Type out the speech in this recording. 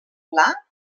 clar